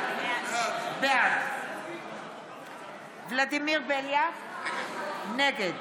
בעד ולדימיר בליאק, נגד